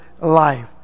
life